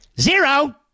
Zero